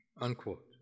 unquote